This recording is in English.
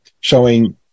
showing